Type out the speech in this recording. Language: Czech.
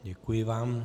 Děkuji vám.